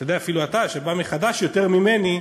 אפילו אתה שבא מחד"ש, יותר ממני,